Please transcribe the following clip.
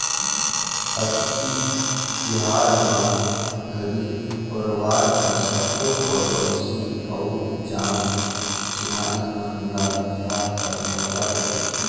अक्ती तिहार म घरी परवार कर सबो पड़ोसी अउ जान चिन्हारी मन ल बिहा कर नेवता देथे